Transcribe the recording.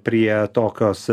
prie tokios